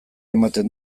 ematen